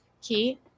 key